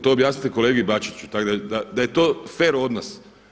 To objasnite kolegi Bačiću, tako da je to fer odnos.